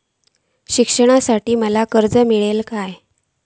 शिकाच्याखाती माका कर्ज मेलतळा काय?